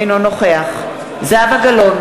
אינו נוכח זהבה גלאון,